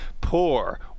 poor